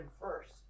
first